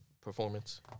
performance